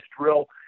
drill